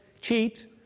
cheat